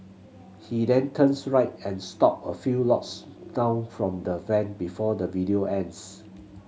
he then turns right and stop a few lots down from the van before the video ends